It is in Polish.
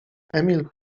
emil